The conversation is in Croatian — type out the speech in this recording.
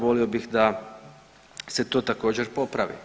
Volio bih da se to također popravi.